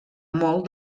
molt